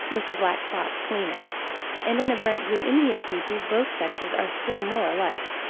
with the black spots plainer and in a bright blue indian species both sexes are still more alike.